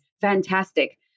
Fantastic